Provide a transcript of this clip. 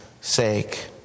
sake